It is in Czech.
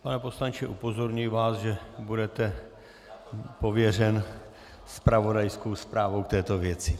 Pane poslanče, upozorňuji vás, že budete pověřen zpravodajskou zprávou k této věci.